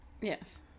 Yes